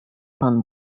pan